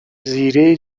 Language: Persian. زیره